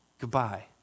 Goodbye